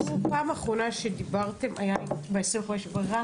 פעם אחרונה שדיברתם היה ב-25 במרץ?